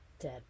Dead